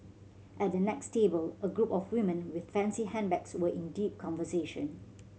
at the next table a group of women with fancy handbags were in deep conversation